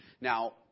Now